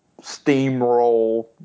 steamroll